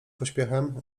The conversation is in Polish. pośpiechem